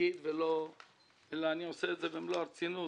התפקיד אלא אני עושה את זה במלוא הרצינות,